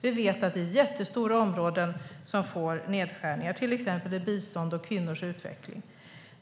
Vi vet att det är jättestora områden som drabbas av nedskärningar, till exempel bistånd och kvinnors utveckling.